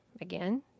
again